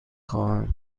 خواهم